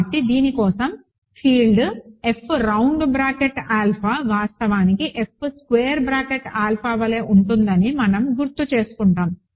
కాబట్టి దీని కోసం field F round bracket alpha వాస్తవానికి F స్క్వేర్డ్ బ్రాకెట్ ఆల్ఫా వలె ఉంటుందని మనం గుర్తుచేసుకుంటాము